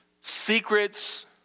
secrets